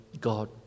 God